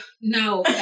No